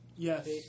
Yes